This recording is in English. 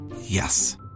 Yes